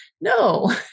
No